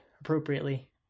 appropriately